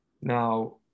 Now